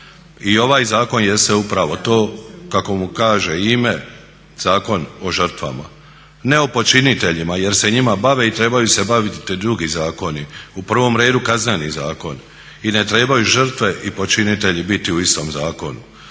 I ovaj zakon jest upravo tako kako mu kaže i ime Zakon o žrtvama. Ne o počiniteljima jer se njima bave i trebaju se baviti drugi zakoni, u provom redu Kazneni zakon i ne trebaju žrtve i počinitelji biti u istom zakonu,